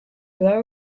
blow